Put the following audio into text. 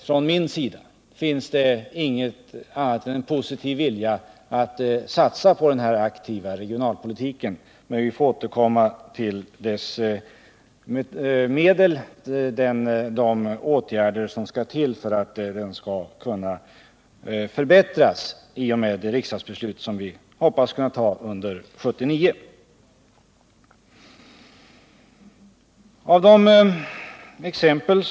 Från min sida finns det inget annat än en positiv vilja att satsa på den här aktiva regionalpolitiken, men vi får återkomma till de nödvändiga förbättringsåtgärderna efter det riksdagsbeslut som vi hoppas kan fattas under 1979.